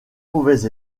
mauvais